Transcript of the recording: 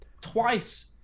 twice